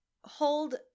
hold